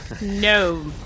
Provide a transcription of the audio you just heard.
No